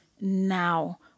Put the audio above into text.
now